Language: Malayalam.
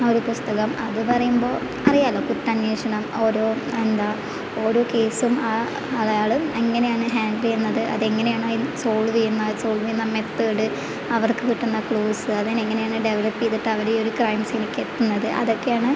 ആ ഒരു പുസ്തകം അത് പറയുമ്പോൾ അറിയാമല്ലോ കുറ്റാന്വേഷണം ഓരോ എന്താ ഓരോ കേസും ആ അയാൾ എങ്ങനെയാണ് ഹാൻഡിൽ ചെയ്യുന്നത് അതെങ്ങനെയാണ് അത് സോൾവ് ചെയ്യുന്നത് ആ സോൾവ് ചെയ്യുന്ന മെത്തേഡ് അവർക്ക് കിട്ടുന്ന ക്ലൂസ് അതിൽ നിന്നെങ്ങനെയാണ് ഡെവെലപ്പ് ചെയ്തിട്ട് അവർ ഈ ഒരു ക്രൈം സീനിലേക്ക് എത്തുന്നത് അതൊക്കെയാണ്